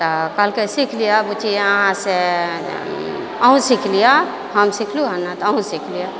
तऽ कहलकै सीख लियऽ बुच्ची अहाँ से अहूँ सीख लियऽ हम सिखलहुँ हेँ ने तऽ अहूँ सीख लियऽ